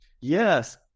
Yes